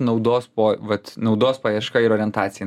naudos po vat naudos paieška ir orientacija